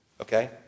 Okay